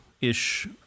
ish